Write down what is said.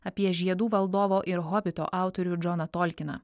apie žiedų valdovo ir hobito autorių džoną tolkiną